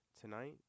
tonight